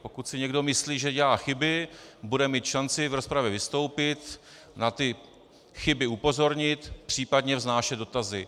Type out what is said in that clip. Pokud si někdo myslí, že dělá chyby, bude mít šanci v rozpravě vystoupit, na chyby upozornit, případně vznášet dotazy.